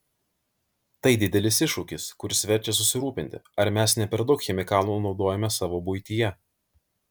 tai didelis iššūkis kuris verčia susirūpinti ar mes ne per daug chemikalų naudojame savo buityje